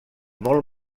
molt